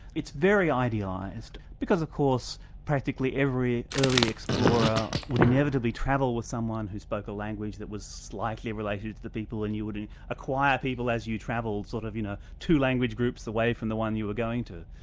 it's very idealised because of course practically every early explorer would inevitably travel with someone who spoke a language that was slightly related to the people and you would acquire people as you travelled, sort of you know two language group the way from the one you were going to.